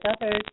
others